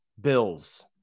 bills